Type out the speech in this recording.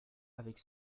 avec